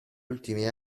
ultimi